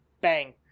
Bang